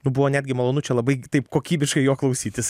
nu buvo netgi malonu čia labai taip kokybiškai jo klausytis